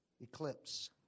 eclipse